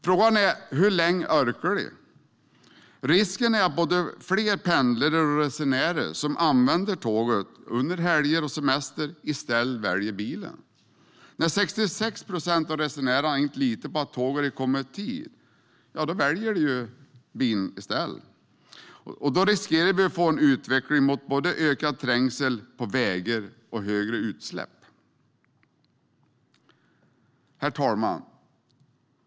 Frågan är hur länge resenärerna orkar. Risken är att både pendlare och resenärer som använder tåget under helger och semestrar i stället väljer bilen. När 66 procent av resenärerna inte litar på att tåget kommer i tid väljer de bilen i stället. Då riskerar vi att få en utveckling mot både ökad trängsel på vägarna och mer utsläpp. Herr talman!